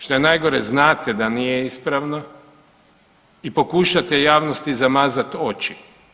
Što je najgore znate da nije ispravno i pokušate javnosti zamazati oči.